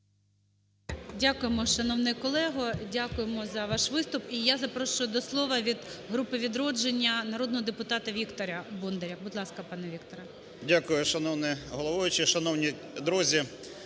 Дякуємо, шановний колего. Дякуємо за ваш виступ. І я запрошую до слова від групи "Відродження" народного депутата Віктора Бондаря. Будь ласка, пане Вікторе. 10:29:16 БОНДАР В.В. Дякую, шановна головуюча, шановні друзі.